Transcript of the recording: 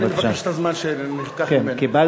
מי שאומר